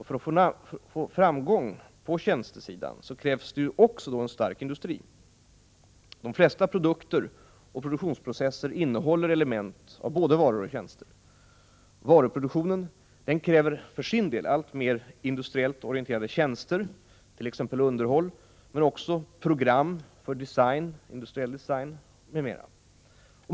För att nå framgång på tjänstesidan krävs också en stark industri. De flesta produkter och produktionsprocesser innehåller element av både varor och tjänster. Varuproduktionen kräver för sin del alltmer industriellt orienterade tjänster, t.ex. underhåll och program för industriell design.